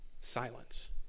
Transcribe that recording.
Silence